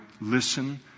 listen